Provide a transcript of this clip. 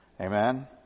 Amen